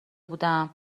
بودم